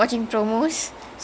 oh okay